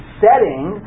setting